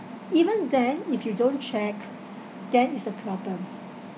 even then if you don't check then is a problem